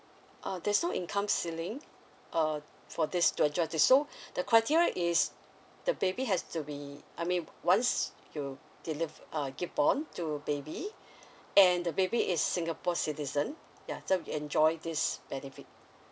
oh there's no income ceiling uh for this to enjoy this so the criteria is the baby has to be I mean once you deliv~ uh give born to baby and the baby is singapore citizen yeah then enjoy this benefit